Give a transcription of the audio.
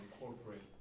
incorporate